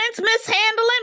mishandling